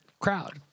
crowd